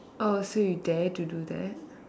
orh so you dare to do that